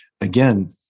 again